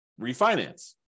refinance